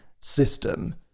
system